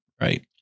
right